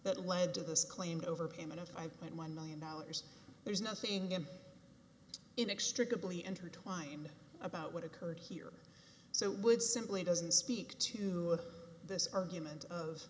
that led to this claimed over payment of five point one million dollars there's nothing in inextricably intertwined about what occurred here so would simply doesn't speak to this argument of